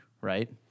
right